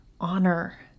honor